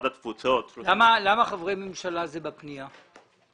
למה חברי ממשלה הם בפנייה?